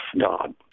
God